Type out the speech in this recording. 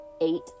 eight